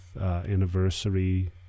anniversary